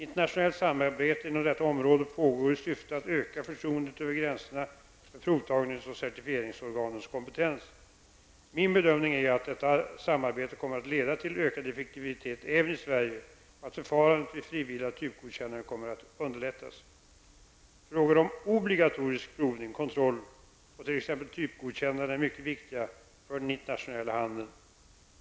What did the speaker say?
Internationellt samarbete inom detta område pågår i syfte att öka förtroendet över gränserna för provnings och certifieringsorganens kompetens. Min bedömning är att detta samarbete kommer att leda till ökad effektivitet även i Sverige och att förfarandet vid frivilliga typgodkännanden kommer att underlättas. typgodkännanden är mycket viktiga för den internationella handeln.